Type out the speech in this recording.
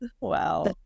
Wow